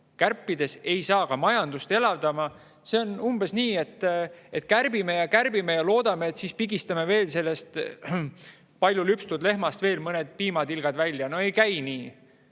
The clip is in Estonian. kärpides ei saa majandust elavdada. See on umbes nii, et kärbime ja kärbime ning loodame, et pigistame sellest palju lüpstud lehmast veel mõned piimatilgad välja. See ei käi nii,